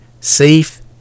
safe